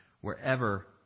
wherever